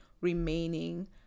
remaining